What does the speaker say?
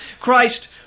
Christ